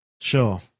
Sure